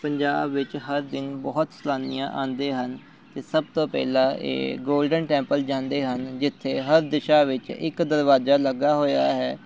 ਪੰਜਾਬ ਵਿੱਚ ਹਰ ਦਿਨ ਬਹੁਤ ਸੈਲਾਨੀਆਂ ਆਉਂਦੇ ਹਨ ਅਤੇ ਸਭ ਤੋਂ ਪਹਿਲਾਂ ਇਹ ਗੋਲਡਨ ਟੈਂਪਲ ਜਾਂਦੇ ਹਨ ਜਿੱਥੇ ਹਰ ਦਿਸ਼ਾ ਵਿੱਚ ਇੱਕ ਦਰਵਾਜ਼ਾ ਲੱਗਿਆ ਹੋਇਆ ਹੈ